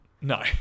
no